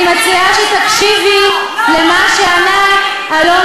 אני מציעה שתקשיבי למה שענה אלון